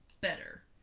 better